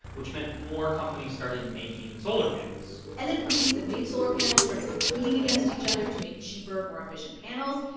which meant more companies started making solar panels and then companies that made solar panels started competing against each other to make cheaper, more efficient panels.